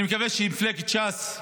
אני מקווה שמפלגת ש"ס,